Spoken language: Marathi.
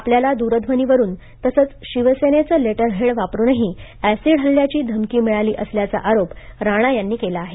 आपल्याला द्रध्वनीवरून तसंच शिवसेनेचं लेटरहेड वापरूनही अॅसिड हल्ल्याची धमकी मिळाली असल्याचा आरोप राणा यांनीकेला आहे